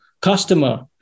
customer